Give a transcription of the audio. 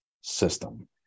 system